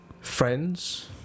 friends